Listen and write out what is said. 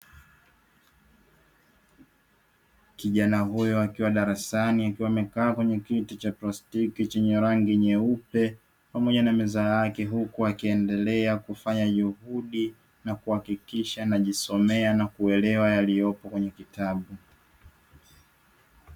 Kijana huyu akiwa darasani akiwa amekaa kwenye kiti cha plastiki chenye rangi nyeupe pamoja na meza yake, huku akiendelea kufanya juhudi na kuhakikisha anajisomea na kuelewa yaliyopo kwenye kitabu.